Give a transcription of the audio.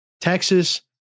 Texas